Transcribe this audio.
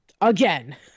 Again